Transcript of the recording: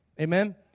Amen